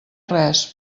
res